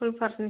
full furnish